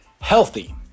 healthy